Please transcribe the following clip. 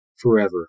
Forever